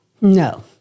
no